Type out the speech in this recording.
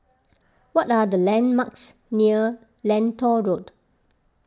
what are the landmarks near Lentor Road